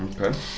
Okay